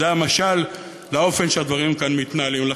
זה המשל לאופן שהדברים מתנהלים, כן.